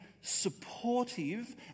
supportive